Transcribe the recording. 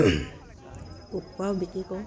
কুকুৰাও বিক্ৰী কৰোঁ